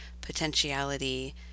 potentiality